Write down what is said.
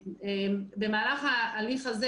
במהלך ההליך הזה,